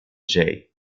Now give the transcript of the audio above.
jay